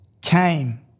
came